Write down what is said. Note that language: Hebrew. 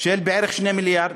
של בערך 2 מיליארד,